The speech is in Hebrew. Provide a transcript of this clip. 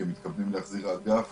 הם מתכוונים להחזיר אגף